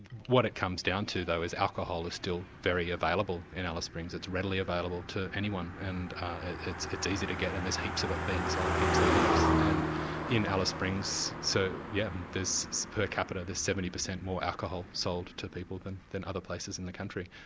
what it comes down to though is alcohol is still very available in alice springs, it's readily available to anyone, and it's it's easy to get and there's heaps of it being sold, heaps and heaps. and in alice springs so yeah so per capita there's seventy percent more alcohol sold to people than than other places in the country.